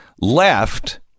left